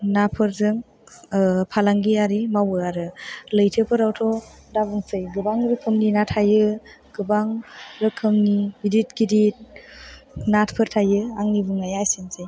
नाफोरजों फालांगियारि मावो आरो लैथोफोरावथ' दा बुंसै गोबां रोखोमनि ना थायो गोबां रोखोमनि गिदिर गिदिर नाफोर थायो आंनि बुंनाया एसेनोसै